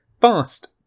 Fast